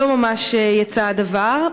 לא ממש יצא הדבר.